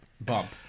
bump